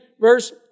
verse